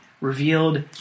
revealed